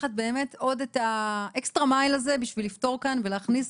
לקחת באמת עוד את האקסטרה מייל הזה כדי לפתור כאן ולהכניס,